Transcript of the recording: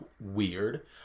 Weird